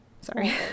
sorry